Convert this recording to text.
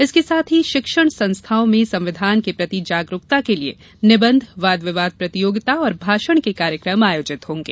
इसके साथ ही शिक्षण संस्थाओं में संविधान के प्रति जागरूकता के लिये निबंध वाद विवाद प्रतियोगिता और भाषण के कार्यक्रम आयोजित होंगे